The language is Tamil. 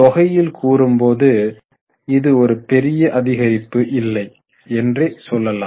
தொகையில் கூறும் போது இது ஒரு பெரிய அதிகரிப்பு இல்லை என்றே சொல்லலாம்